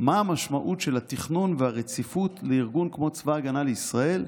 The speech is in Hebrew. מה המשמעות של התכנון והרציפות לארגון כמו צבא הגנה לישראל.